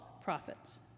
prophets